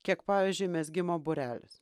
kiek pavyzdžiui mezgimo būrelis